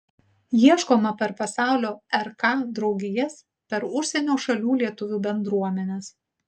ieškoma per pasaulio rk draugijas per užsienio šalių lietuvių bendruomenes